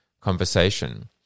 conversation